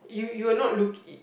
you you're not looking